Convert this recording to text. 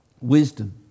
Wisdom